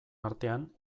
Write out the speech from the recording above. artean